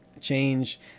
change